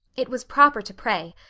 it was proper to pray,